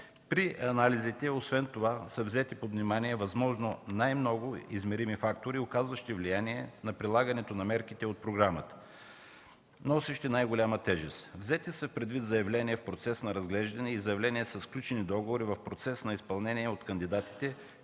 При анализите освен това са взети под внимание възможно най-много измерими фактори, оказващи влияние на прилагането на мерките от програмата, носещи най-голяма тежест. Взети са предвид заявления в процес на разглеждане и заявления със сключени договори в процес на изпълнение от кандидатите,